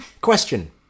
Question